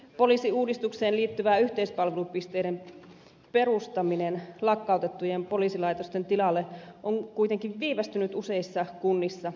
poliisiuudistukseen liittyvä yhteispalvelupisteiden perustaminen lakkautettujen poliisilaitosten tilalle on kuitenkin viivästynyt useissa kunnissa